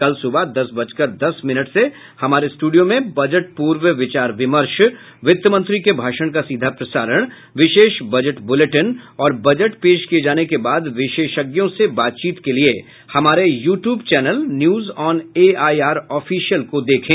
कल सुबह दस बजकर दस मिनट से हमारे स्टूडियो में बजट पूर्व विचार विमर्श वित्त मंत्री के भाषण का सीधा प्रसारण विशेष बजट बुलेटिन और बजट पेश किए जाने के बाद विशेषज्ञों से बातचीत के लिए हमारे YouTube channel news on AIR official को देखें